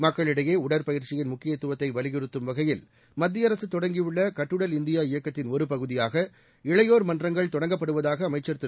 மக்களிடையே உடற்பயிற்சியின் முக்கியத்துவத்தை வலியுறுத்தும் வகையில் மத்திய அரசு தொடங்கியுள்ள கட்டுடல் இந்தியா இயக்கத்தின் ஒரு பகுதியாக இளையோர் மன்றங்கள் தொடங்கப்படுவதாக அமைச்சர் திரு